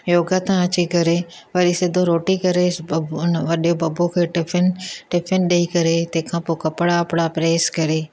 योगा तां अची करे वरी सिधो रोटी करे बबू उन वॾे बबूअ खे टिफ़िन टिफ़िन ॾई करे तंहिंखां पोइ कपिड़ा वपिड़ा प्रेस करे